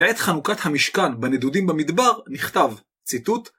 בעת חנוכת המשכן בנדודים במדבר נכתב, ציטוט